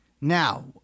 Now